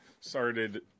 started